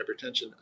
hypertension